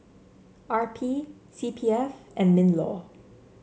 R P C P F and Minlaw